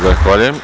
Zahvaljujem.